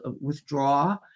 withdraw